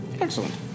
Excellent